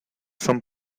son